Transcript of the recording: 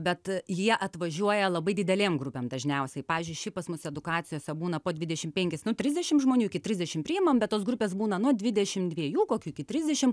bet jie atvažiuoja labai didelėm grupėm dažniausiai pavyzdžiui šiaip pas mus edukacijose būna po dvidešim penkis nu trisdešim žmonių iki trisdešim priimam bet tos grupės būna nuo dvidešim dviejų kokių iki trisdešim